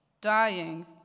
dying